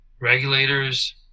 regulators